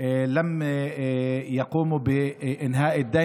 הם לא סיימו את החוב,